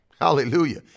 hallelujah